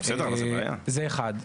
זה אחת.